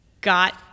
got